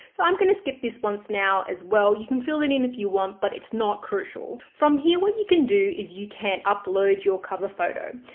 so i'm going to skip this one now as well. you can fill it in if you want, but it's not crucial. from here, what you can do is you can upload your cover photo.